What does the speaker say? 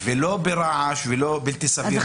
וזה לא ברעש בלתי סביר?